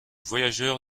voyageur